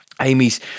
Amy's